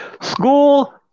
School